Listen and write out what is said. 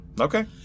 Okay